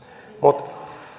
mutta